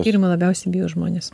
tyrimo labiausiai bijo žmonės